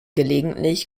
gelegentlich